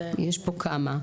יש פה כמה.